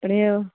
પણ એ